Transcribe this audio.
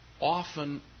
often